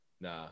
Nah